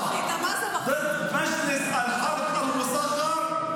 אין דבר כזה, ( שהצביע נגד קבינט המלחמה המצומצם,